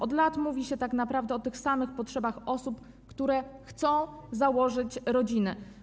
Od lat mówi się o tak naprawdę tych samych potrzebach osób, które chcą założyć rodzinę.